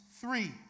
three